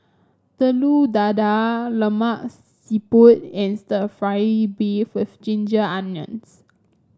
Telur Dadah Lemak Siput and stir fry beef with Ginger Onions